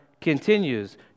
continues